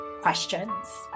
questions